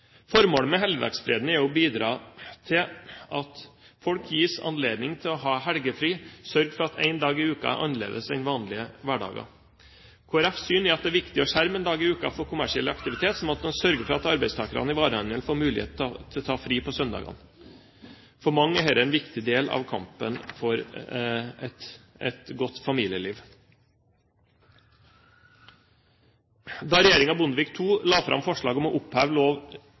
Formålet med helligdagsfreden er å bidra til at folk gis anledning til å ha helgefri, sørge for at én dag i uka er annerledes enn vanlige hverdager. Kristelig Folkepartis syn er at det er viktig å skjerme en dag i uka for kommersiell aktivitet, sånn at man sørger for at arbeidstakerne i varehandelen får mulighet til å ta fri på søndagene. For mange er dette en viktig del av kampen for et godt familieliv. Da regjeringen Bondevik II la fram forslag om å oppheve lov